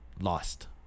lost